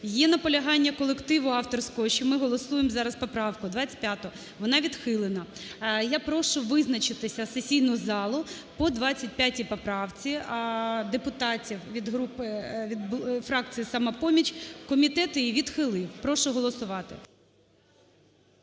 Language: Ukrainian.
Є наполягання колективу авторського, що ми голосуємо зараз поправку 25, вона відхилена. Я прошу визначитися сесійну залу по 25 поправці депутатів від групи… від фракції "Самопоміч". Комітет її відхилив. Прошу голосувати.